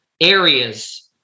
areas